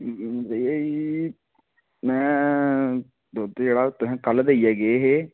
एह् में दुद्ध जेह्ड़ा तुसेंगी कल देइयै गे हे